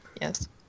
yes